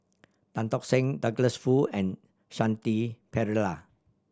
Tan Tock Seng Douglas Foo and Shanti Pereira